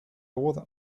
boda